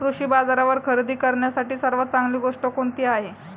कृषी बाजारावर खरेदी करण्यासाठी सर्वात चांगली गोष्ट कोणती आहे?